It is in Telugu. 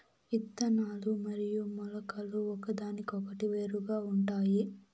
ఇత్తనాలు మరియు మొలకలు ఒకదానికొకటి వేరుగా ఉంటాయి